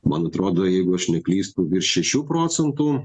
man atrodo jeigu aš neklystu virš šešių procentų